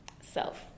self